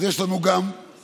אז יש לנו גם רופא,